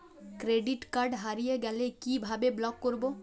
Credit card হারিয়ে গেলে কি ভাবে ব্লক করবো?